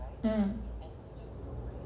mm